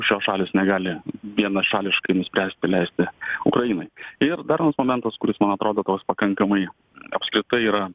šios šalys negali vienašališkai nuspręsti leisti ukrainai ir dar vienas momentas kuris man atrodo toks pakankamai apskritai yra